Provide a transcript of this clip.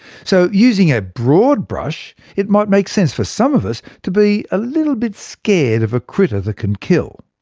so using a broad brush, it might make sense for some of us to be a little bit scared of a critter that can kill.